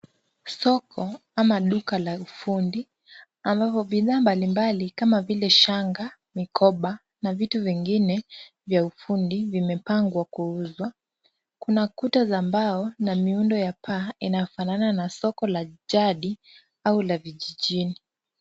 Soko ama duka la ufundi ambapo bidhaa mbalimbali kama vile shanga, mikoba na vitu vingine vya ufundi vimepangwa kuuzwa. Kuna kuta za mbao na miundo ya paa inayofanana na soko la jadi au la vijijini.